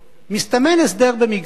מסתמן הסדר במגרון,